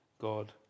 God